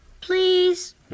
Please